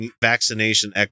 vaccination